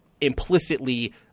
implicitly